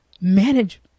manage